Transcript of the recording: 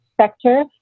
sector